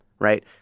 Right